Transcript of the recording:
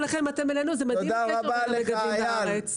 תודה רבה לך אייל,